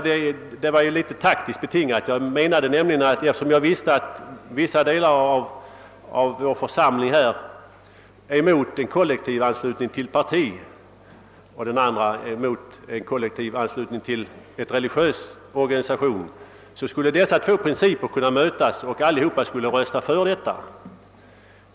Det var litet taktiskt betingat, ty eftersom jag visste att vissa delar av vår församling här är emot kollektivanslutning till politiskt parti, medan andra delar är emot kollektivanslutning till en religiös organisation, tänkte jag att dessa två grupper kunde mötas och rösta för mitt förslag.